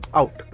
out